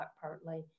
partly